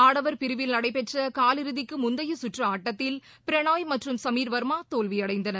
ஆடவர் பிரிவில் நடைபெற்றகாலிறுதிக்குமுந்தையகற்றுஆட்டத்தில் பிரனாய் மற்றும் சமீர் வர்மாதோல்வியடைந்தனர்